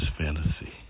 fantasy